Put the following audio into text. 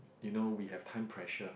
you know we have time pressure